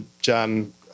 John